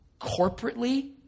Corporately